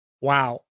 wow